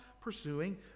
pursuing